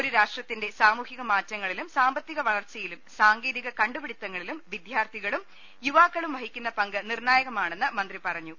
ഒരു രാഷ്ട്രത്തിന്റെ സാമൂഹിക മാറ്റങ്ങളിലും സാമ്പ ത്തിക വളർച്ചയിലും സാങ്കേതിക കണ്ടുപിടിത്തങ്ങളിലും വിദ്യാർത്ഥികളും യുവാക്കളും വഹിക്കുന്ന പങ്ക് നിർണായകമാ ണെന്ന് മന്ത്രി പറഞ്ഞു